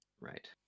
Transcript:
Right